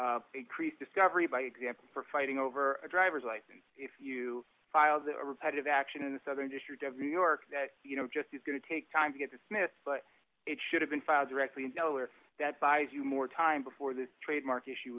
you increase discovery by example for fighting over a driver's license if you filed a repetitive action in the southern district of new york that you know just is going to take time to get to smith but it should have been filed directly in delaware that buys you more time before the trademark issue